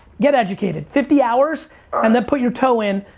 get educated. fifty hours and then put your toe in.